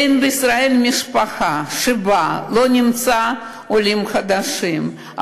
אין בישראל משפחה שבה לא נמצא עולים חדשים,